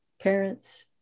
parents